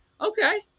okay